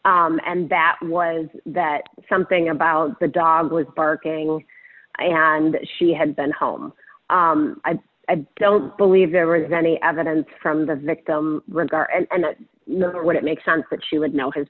him and that was that something about the dog was barking and she had been home i don't believe there was any evidence from the victim regard and that would it make sense that she would know his